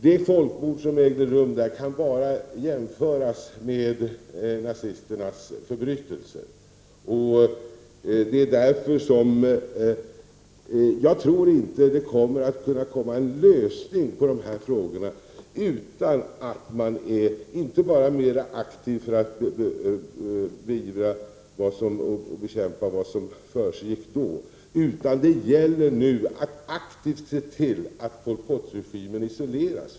Det folkmord som där ägt rum kan jämföras bara med nazisternas förbrytelser. Jag tror inte att det går att få till stånd en lösning av dessa frågor utan att man, förutom att man bekämpar och beivrar vad som försiggår, mer aktivt ser till att Pol Pot-regimen isoleras.